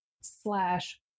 slash